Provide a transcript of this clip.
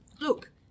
look